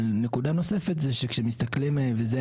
נקודה מסוימת ונתן,